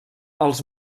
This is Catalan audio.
els